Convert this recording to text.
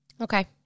Okay